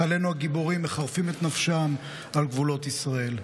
וחיילינו הגיבורים מחרפים את נפשם על גבולות ישראל.